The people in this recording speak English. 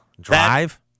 Drive